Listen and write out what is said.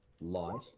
Light